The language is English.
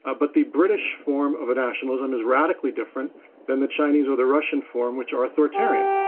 ah but the british form of nationalism is radically different than the chinese or the russian form, which are authoritarian.